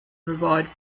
provide